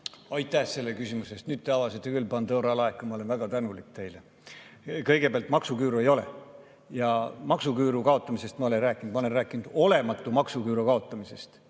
Aitäh selle küsimuse eest! Nüüd te avasite küll Pandora laeka ja ma olen väga tänulik teile. Kõigepealt, maksuküüru ei ole. Maksuküüru kaotamisest ma ei ole rääkinud, ma olen rääkinud olematu maksuküüru kaotamisest.